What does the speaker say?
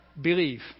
Believe